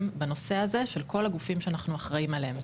בנושא הזה של כל הגופים שאנחנו אחראים עליהם.